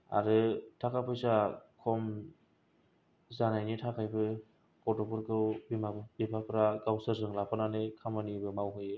आरो थाखा फैसा खम जानायनि थाखायबो गथ'फोरखौ बिमा बिफाफ्रा गावसोरजों लाफानानै खामानिबो मावहोयो